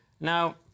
Now